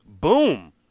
Boom